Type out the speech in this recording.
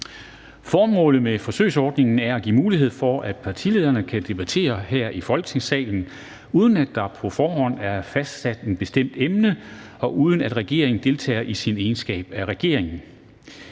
Formålet med forsøgsordningen er at give mulighed for, at partilederne kan debattere her i Folketingssalen, uden at der på forhånd er fastsat et bestemt emne, og uden at regeringen deltager i sin egenskab af regering.